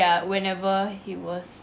~a whenever he was